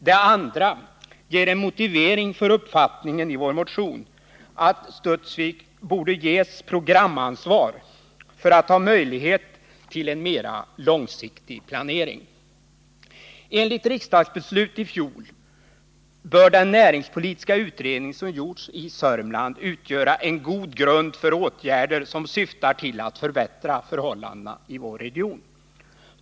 Det andra ger en motivering för uppfattningen i vår motion att Studsvik bör ges programansvar för att bolaget skall ha möjlighet att göra en mera långsiktig planering. Enligt riksdagsbeslut i fjol bör den näringspolitiska utredning som gjorts i Sörmland utgöra en god grund för åtgärder som syftar till att förbättra förhållandena i vår region.